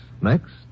next